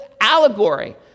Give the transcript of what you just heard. allegory